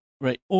right